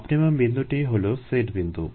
optimum বিন্দুটিই হলো set বিন্দু